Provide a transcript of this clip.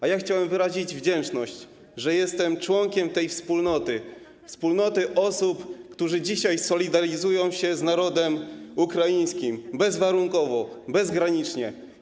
A ja chciałem wyrazić wdzięczność za to, że jestem członkiem tej wspólnoty, wspólnoty osób, które dzisiaj solidaryzują się z narodem ukraińskim bezwarunkowo, bezgranicznie.